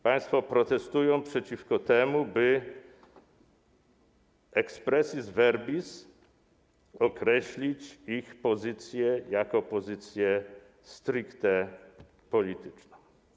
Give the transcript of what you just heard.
Państwo protestują przeciwko temu, by expressis verbis określić ich pozycję jako pozycję stricte polityczną.